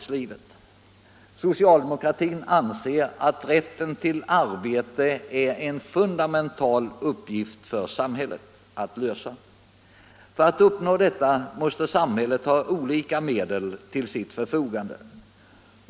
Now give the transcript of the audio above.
Socialdemokratin anser att det är en fundamental uppgift för samhället att tillgodose rätten till arbete. För att förverkliga detta måste samhället ha olika medel till sitt förfogande.